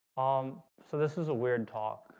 um so this is a weird talk